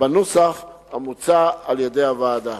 בנוסח המוצע על-ידי הוועדה.